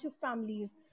families